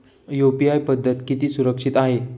UPI पद्धत किती सुरक्षित आहे?